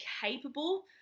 capable